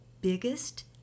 biggest